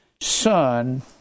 son